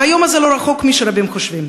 והיום הזה לא רחוק כפי שרבים חושבים.